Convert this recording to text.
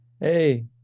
Hey